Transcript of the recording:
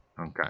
Okay